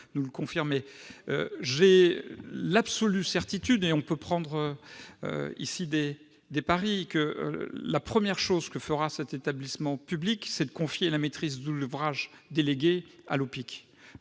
J'ai l'absolue certitude- on pourrait prendre les paris -que la première chose que fera cet établissement public sera de confier la maîtrise d'ouvrage déléguée à l'Oppic,